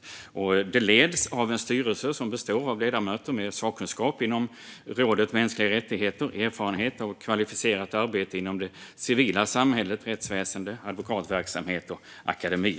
Institutet har placerats i Lund och leds av en styrelse som består av ledamöter med sakkunskap inom området mänskliga rättigheter och erfarenhet av kvalificerat arbete inom det civila samhället, rättsväsen, advokatverksamhet och akademi.